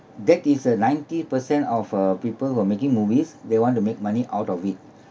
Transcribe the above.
that is a ninety per cent of uh people who are making movies they want to make money out of it